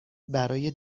برای